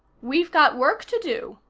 we've got work to do,